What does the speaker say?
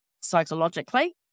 psychologically